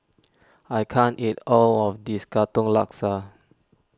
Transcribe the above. I can't eat all of this Katong Laksa